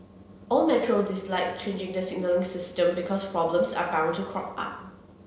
all metro dislike changing the signalling system because problems are bound to crop up